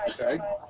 Okay